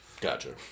gotcha